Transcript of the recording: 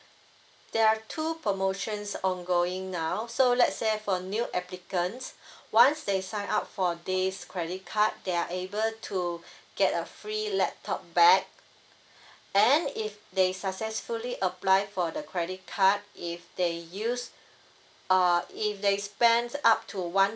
there are two promotions ongoing now so let's say for new applicants once they sign up for this credit card they are able to get a free laptop bag and if they successfully apply for the credit card if they use uh if they spend up to one